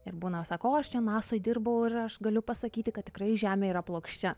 ir būna sako o aš čia nasoj dirbau ir aš galiu pasakyti kad tikrai žemė yra plokščia